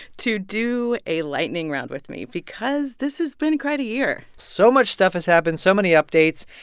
to do a lightning round with me because this has been quite a year so much stuff has happened, so many updates.